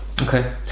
Okay